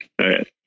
right